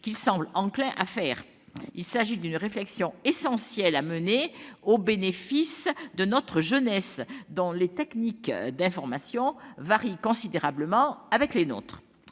qu'il semble enclin à faire. Il y a là une réflexion essentielle à mener au bénéfice de notre jeunesse, dont les techniques d'information diffèrent considérablement des nôtres.